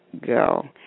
go